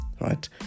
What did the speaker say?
Right